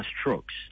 strokes